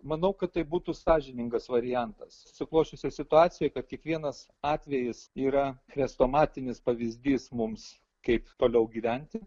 manau kad tai būtų sąžiningas variantas susiklosčiusioj situacijoj kad kiekvienas atvejis yra chrestomatinis pavyzdys mums kaip toliau gyventi